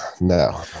No